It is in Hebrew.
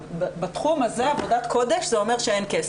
בתחום הזה, עבודת קודש זה אומר שאין כסף.